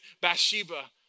Bathsheba